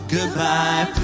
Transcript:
Goodbye